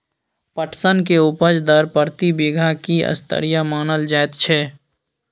पटसन के उपज दर प्रति बीघा की स्तरीय मानल जायत छै?